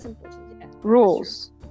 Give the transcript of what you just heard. rules